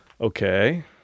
okay